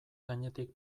gainetik